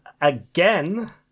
again